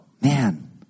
man